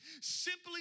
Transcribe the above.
simply